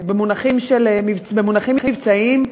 במונחים מבצעיים,